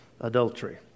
adultery